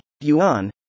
Yuan